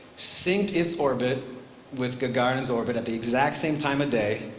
synced its orbit with gagarin's orbit, at the exact same time of day,